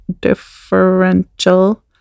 differential